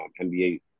NBA